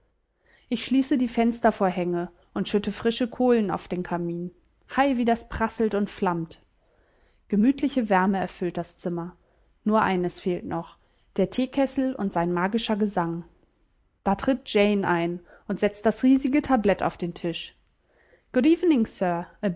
ich schließe die fenstervorhänge und schütte frische kohlen auf den kamin hei wie das prasselt und flammt gemütliche wärme erfüllt das zimmer nur eines fehlt noch der teekessel und sein magischer gesang da tritt jane ein und setzt das riesige brett auf den tisch